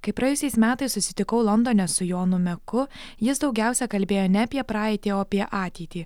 kai praėjusiais metais susitikau londone su jonu meku jis daugiausia kalbėjo ne apie praeitį o apie ateitį